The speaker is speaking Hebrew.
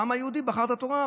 והעם היהודי בחר את התורה,